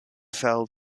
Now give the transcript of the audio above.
fell